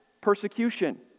persecution